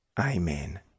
Amen